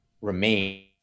remain